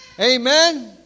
Amen